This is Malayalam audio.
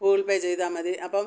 ഗൂഗിൾ പേ ചെയ്താൽ മതി അപ്പം